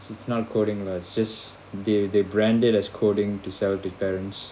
it's not coding lah it's just they they brand it as coding to sell to parents